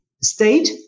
state